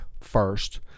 first